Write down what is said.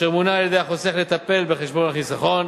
אשר מונה על-ידי החוסך לטפל בחשבון החיסכון,